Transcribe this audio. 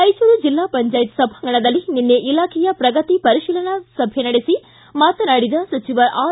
ರಾಯಚೂರು ಜಿಲ್ಲಾ ಪಂಚಾಯತ್ ಸಭಾಂಗಣದಲ್ಲಿ ನಿನ್ನೆ ಇಲಾಖೆಯ ಪ್ರಗತಿ ಪರಿಶೀಲನೆ ನಡೆಸಿ ಮಾತನಾಡಿದ ಸಚಿವ ಆರ್